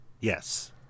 yes